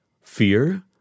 fear